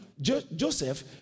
joseph